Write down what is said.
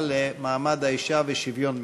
לקידום מעמד האישה ולשוויון מגדרי.